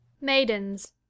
Maidens